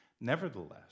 Nevertheless